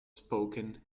spoken